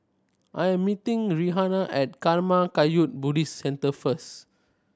I am meeting Rhianna at Karma Kagyud Buddhist Centre first